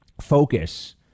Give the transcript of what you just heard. focus